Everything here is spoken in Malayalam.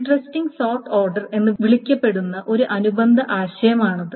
ഇന്ട്രെസ്റ്റിംഗ് സോർട്ട് ഓർഡർ എന്ന് വിളിക്കപ്പെടുന്ന ഒരു അനുബന്ധ ആശയമാണിത്